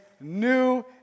new